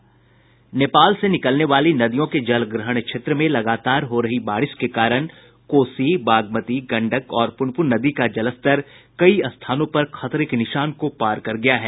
नेपाल से निकलने वाली नदियों के जलग्रहण क्षेत्र में लगातार हो रही बारिश के कारण कोसी बागमती गंडक और पुनपुन नदी का जलस्तर कई स्थानों पर खतरे के निशान को पार कर गया है